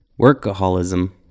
workaholism